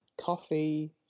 coffee